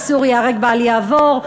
איסור ייהרג ואל יעבור.